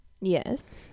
Yes